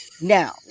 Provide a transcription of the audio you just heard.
Now